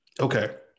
Okay